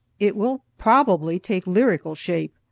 it will probably take lyrical shape.